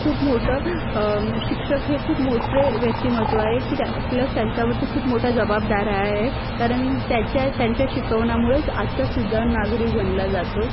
खूप मोठं शिक्षक हे खूप मोठे व्यक्तिमत्त्व आहे की त्या प्लस त्यांच्यावरती खूप मोठ्या जबाबदाऱ्या आहे कारण त्याच्या त्यांच्या शिकवण्यामुळेच आजचा सुजाण नागरिक बनला जातो